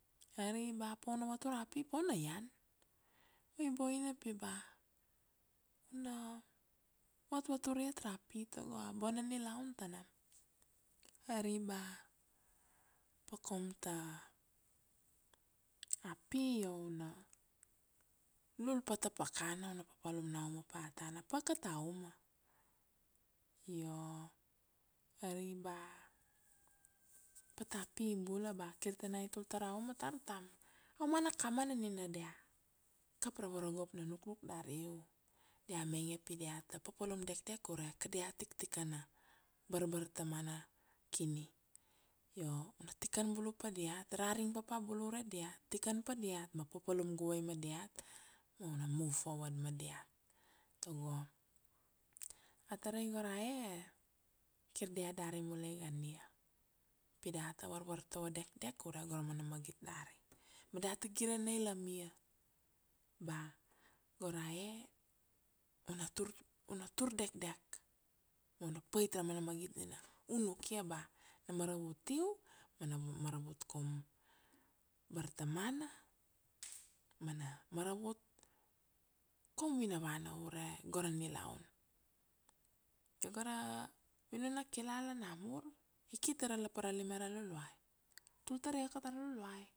Ari ba pa u na vatur ra pi, pa u na ian. Io i boina pi ba u na vatvatur iat ra pi tago a bona nilaun ta nam. Ari ba pa kaum ta, a pi, io u na lul pa ta pakana u na papalum na uma pa tana, pa ka ta uma. Io, ari ba pata pi bula ba kir ta na i tul tar a uma tar tam. A umana akamana nina dia, kap ra varogop na nuknuk dari u, dia mainge pi dia ta papalum dekdek ure ka dia tik tikana barbar tamana kini. Io u na tikan bulu pa diat, raring papa bulu ure diat, tikan pa diat ma papalum guvai ma diat ma u na move forward ma diat. Tago, a tarai go rae, kir dia dari mulai iga ania, pi data varvartovo dekdek ure go ra mana magit dari. Ma data gire na ilam ia, ba go rae u na tur, u na tur dekdek ma u na pait ra mana magit nina u nukia ba na maravut u ma na maravut kaum bartamana, ma na maravut kaum vina vana ure go ra nilaun. Io go ra vinun na kilala na mur i ki ta ra lapar ra lime ra Luluai, tul taria ka ta ra Luluai